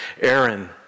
Aaron